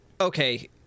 okay